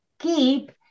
keep